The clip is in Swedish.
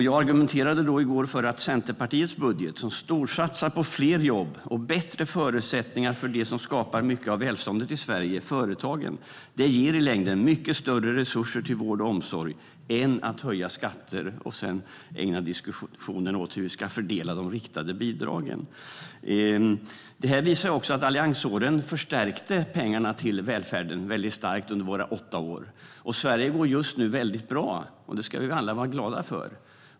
Jag argumenterade i går för att Centerpartiets budget, som storsatsar på fler jobb och bättre förutsättningar för det som skapar mycket av välståndet i Sverige, nämligen företagen, i längden ger mycket större resurser till vård och omsorg än om man höjer skatter och sedan ägnar diskussionen åt hur vi ska fördela de riktade bidragen. Det här visar också att våra åtta alliansår förstärkte pengarna till välfärden väldigt starkt. Sverige går just nu väldigt bra, och det ska vi alla vara glada för.